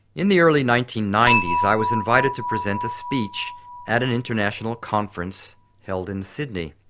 in the early nineteen ninety s i was invited to present a speech at an international conference held in sydney.